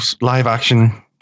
live-action